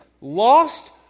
Lost